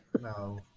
No